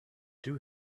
two